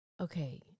Okay